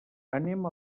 anem